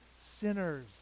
sinners